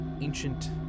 ancient